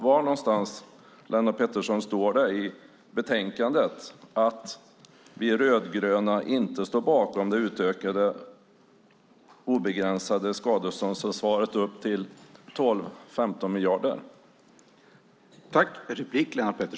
Var någonstans, Lennart Pettersson, står det i betänkandet att vi rödgröna inte står bakom det utökade obegränsade skadeståndsansvaret upp till 12-15 miljarder?